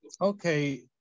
Okay